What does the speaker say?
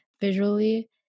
visually